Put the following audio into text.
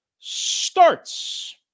starts